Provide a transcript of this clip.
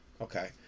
Okay